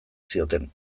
zioten